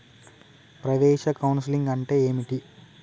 ప్రవేశ కౌన్సెలింగ్ అంటే ఏమిటి?